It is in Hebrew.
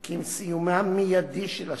כי עם סיומה המיידי של השביתה,